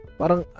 parang